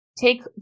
take